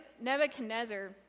Nebuchadnezzar